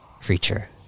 creature